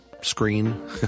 screen